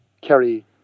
Kerry